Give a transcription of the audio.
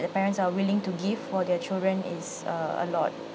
the parents are willing to give for their children is err a lot